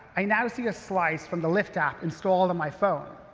i now see a slice from the lyft app installed on my phone.